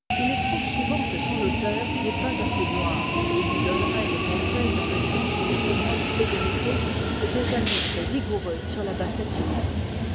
il trouve souvent que son auteur n'est pas assez noir et il lui donnerait des conseils dans le sens d'une plus grande sévérité et des avis très vigoureux sur la bassesse humaine